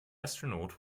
astronaut